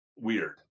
weird